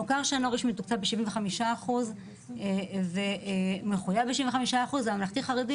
מוכר שאינו רשמי מתוקצב ב-75% ומחויב ב-75%; הממלכתי-חרדי